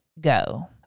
go